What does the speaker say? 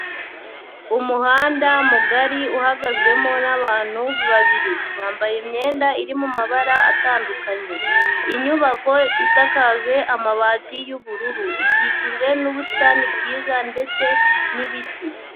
Umuhanda mugari uhagazwemo n'abantu babiri. Bambaye imyenda iri mu mabara atandukanye. Inyubako isakajwe amabati y'ubururu. Ikikijwe n'ubusitani bwiza ndetse nibiti.